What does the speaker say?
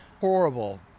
horrible